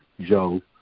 Joe